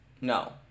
No